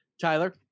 tyler